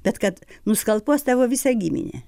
bet kad nuskalpuos tavo visą giminę